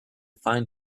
fine